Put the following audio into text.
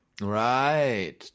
Right